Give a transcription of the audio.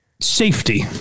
safety